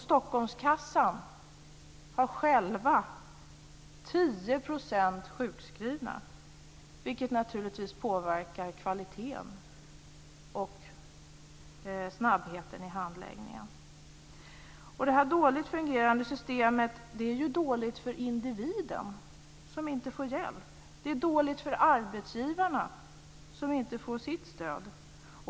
Stockholmskassan har själv 10 % sjukskrivna, vilket naturligtvis påverkar kvaliteten och snabbheten i handläggningen. Det dåligt fungerande systemet är dåligt för individen som inte får hjälp. Det är dåligt för arbetsgivarna som inte får sitt stöd.